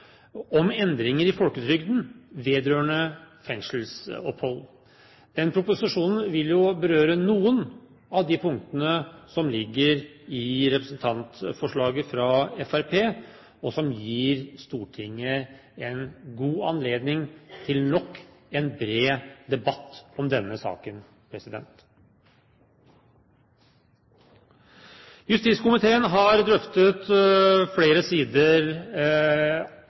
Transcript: om endringer i folketrygdloven vedrørende fengselsopphold. Den proposisjonen vil jo berøre noen av de punktene som ligger i representantforslaget fra Fremskrittspartiet, og vil gi Stortinget en god anledning til nok en bred debatt om denne saken. Justiskomiteen har drøftet flere sider